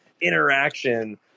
interaction